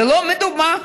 ולא מדומה: